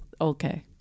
okay